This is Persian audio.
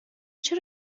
چرا